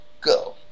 go